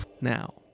now